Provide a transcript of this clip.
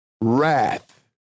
wrath